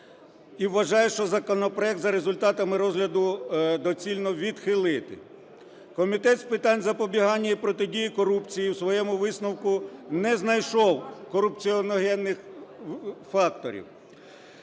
вважає, що законопроект за результатами розгляду доцільно відхилити. Комітет з питань запобігання і протидії корупції у своєму висновку не знайшов корупціогенних факторів.